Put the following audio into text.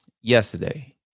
yesterday